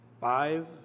five